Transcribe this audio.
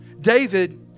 David